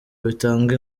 bitanga